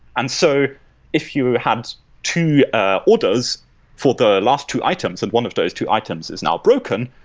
and so if you have to orders for the last two items and one of those two items is now broken,